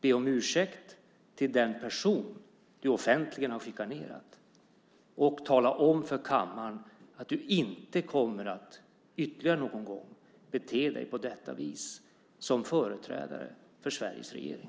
Be om ursäkt till den person som du offentligen har chikanerat och tala om för kammaren att du inte ytterligare någon gång kommer att bete dig på detta vis som företrädare för Sveriges regering.